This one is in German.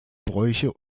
bräuche